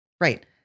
right